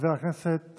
חבר הכנסת